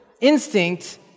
instinct